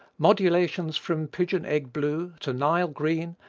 modulations from pigeon egg blue to nile green,